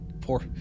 Poor